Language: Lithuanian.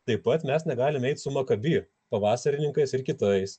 taip pat mes negalim eiti su maccabi pavasarininkais ir kitais